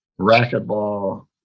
racquetball